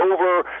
over